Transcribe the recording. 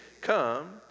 come